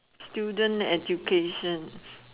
student education